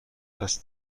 dass